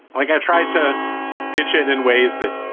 like i tried to pitch it in ways that,